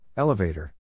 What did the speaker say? Elevator